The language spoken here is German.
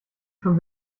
schon